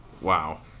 wow